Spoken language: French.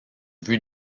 vue